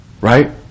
Right